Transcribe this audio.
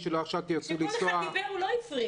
כשכל אחד דיבר הוא לא הפריע.